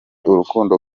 urukundo